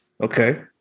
Okay